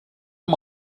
amb